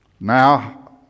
now